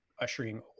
ushering